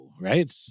Right